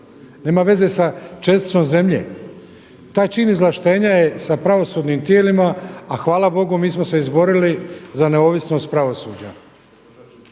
nema veze sa česticom zemlje. Taj čin izvlaštenja je sa pravosudnim tijelima, a hvala Bogu mi smo se izborili za neovisnost pravosuđa.